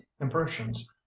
impressions